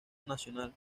nacional